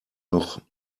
noch